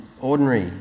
ordinary